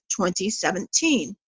2017